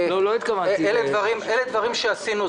אלה דברים שעשינו.